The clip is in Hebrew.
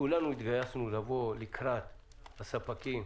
כולנו התגייסנו לבוא לקראת הספקים,